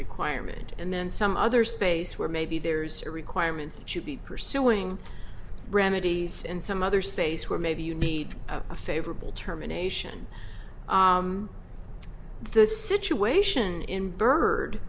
requirement and then some other space where maybe there's a requirement should be pursuing remedies and some other space where maybe you need a favorable terminations the situation in bird